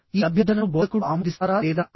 ఈ అభ్యర్థనను బోధకుడు ఆమోదిస్తారా లేదా అని